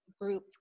group